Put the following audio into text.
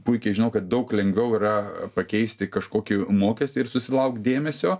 puikiai žinau kad daug lengviau yra pakeisti kažkokį mokestį ir susilaukt dėmesio